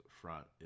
front